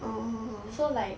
so like